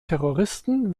terroristen